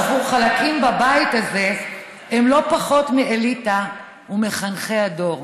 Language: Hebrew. שעבור חלקים בבית הזה הן לא פחות מאליטה ומחנכי הדור.